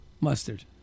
Mustard